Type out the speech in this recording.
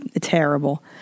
terrible